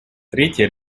третья